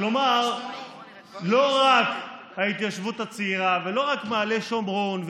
כלומר לא רק ההתיישבות הצעירה ולא רק מעלה שומרון,